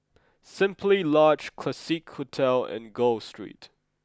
simply Lodge Classique Hotel and Gul Street